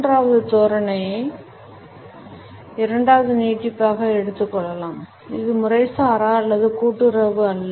மூன்றாவது தோரணையை இரண்டாவது நீட்டிப்பாக எடுத்துக் கொள்ளலாம் இது முறைசாரா அல்லது கூட்டுறவு அல்ல